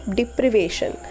deprivation